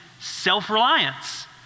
self-reliance